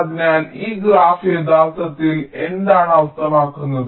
അതിനാൽ ഈ ഗ്രാഫ് യഥാർത്ഥത്തിൽ എന്താണ് അർത്ഥമാക്കുന്നത്